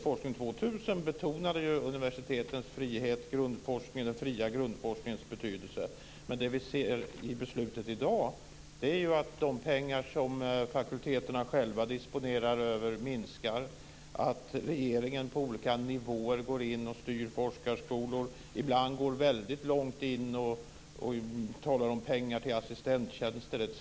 Forskning 2000 betonade ju universitetens frihet, den fria grundforskningens betydelse. Det vi ser i beslutet i dag är att de pengar som fakulteterna själva disponerar över minskar, att regeringen på olika nivåer går in och styr forskarskolor. Ibland går man väldigt långt och talar om pengar till assistenttjänster etc.